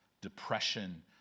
depression